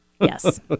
Yes